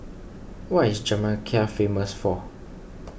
what is Jamaica famous for